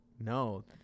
No